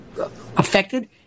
affected